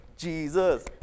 Jesus